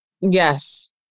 Yes